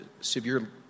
severe